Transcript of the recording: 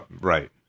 Right